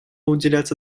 уделяться